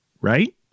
right